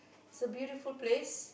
it's a beautiful place